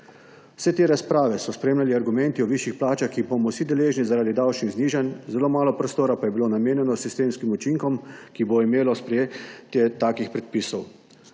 Vse te razprave so spremljali argumenti o višjih plačah, ki jih bomo vsi deležni zaradi davčnih znižanj, zelo malo prostora pa je bilo namenjenega sistemskim učinkom, ki bi jih imelo sprejetje takih predpisov.